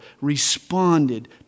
responded